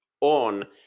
on